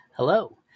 Hello